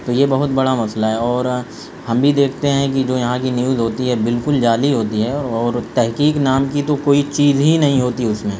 تو یہ بہت بڑا مسئلہ ہے اور ہم بھی دیکھتے ہیں کہ جو یہاں کی نیوز ہوتی ہے بالکل جعلی ہوتی ہے اور تحقیق نام کی تو کوئی چیز ہی نہیں ہوتی اس میں